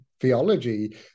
theology